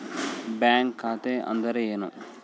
Bank ಖಾತೆ ಅಂದರೆ ಏನು?